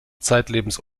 zeitlebens